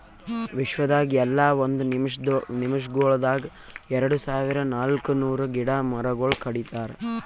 ವಿಶ್ವದಾಗ್ ಎಲ್ಲಾ ಒಂದ್ ನಿಮಿಷಗೊಳ್ದಾಗ್ ಎರಡು ಸಾವಿರ ನಾಲ್ಕ ನೂರು ಗಿಡ ಮರಗೊಳ್ ಕಡಿತಾರ್